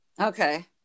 Okay